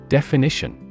Definition